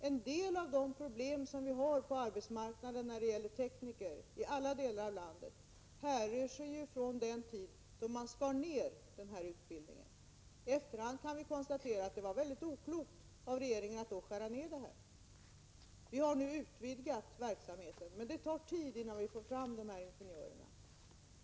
En del av de problem som vi har på arbetsmarknaden när det gäller tekniker i alla delar av landet härrör från den tid då man skar ned denna utbildning. I efterhand kan vi konstatera att det var mycket oklokt av regeringen att skära ned på dessa utbildningar. Vi har nu utvidgat verksamheten. Men det tar tid innan vi får fram dessa ingenjörer.